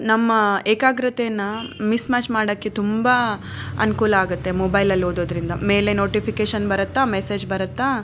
ನಮ್ಮ ಏಕಾಗ್ರತೇನ ಮಿಸ್ಮಾಚ್ ಮಾಡೋಕ್ಕೆ ತುಂಬ ಅನುಕೂಲ ಆಗುತ್ತೆ ಮೊಬೈಲಲ್ಲಿ ಓದೋದರಿಂದ ಮೇಲೆ ನೋಟಿಫಿಕೇಶನ್ ಬರುತ್ತೆ ಮೆಸೇಜ್ ಬರುತ್ತೆ